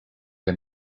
que